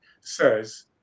says